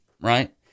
right